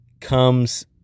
comes